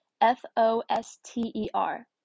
F-O-S-T-E-R